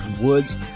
Woods